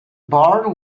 bar